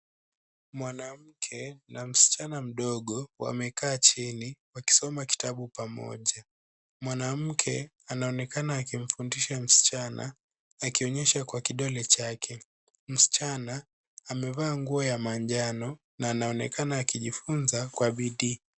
Mwanamke na msichana mdogo wamekaa chini wakisoma kitabu pamoja. Mwanamke anaonekana akifundisha msichana, akionyesha kwa kidole chake. Msichana amevaa nguo ya manjano na anaonekana akijifunza kwa bidii.